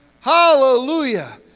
Hallelujah